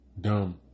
dumb